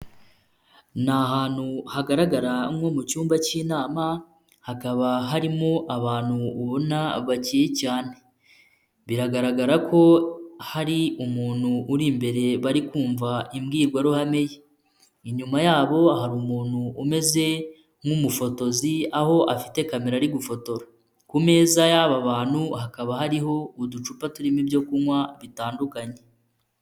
Ni ahantu hagaragara nko mu cyumba cy'inama hakaba harimo abantu ubona bacyeye cyane, biragaragara ko hari umuntu uri imbere bari kumva imbwirwaruhame ye, inyuma yabo hari umuntu umeze nk'umufotozi aho afite kamera ari gufotora, ku meza y'aba bantu hakaba hariho uducupa turimo ibyo kunywa bitandukanye.